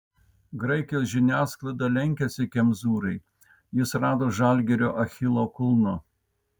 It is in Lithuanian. graikijos žiniasklaida lenkiasi kemzūrai jis rado žalgirio achilo kulną